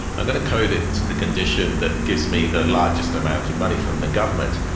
i'm going to code it to the condition that gives me the largest amount of money from the government,